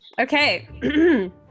Okay